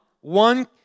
one